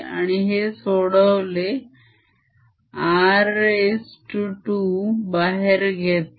आणि ते सोडवले r2 बाहेर घेतला